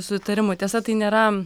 sutarimu tiesa tai nėra